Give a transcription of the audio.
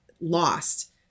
lost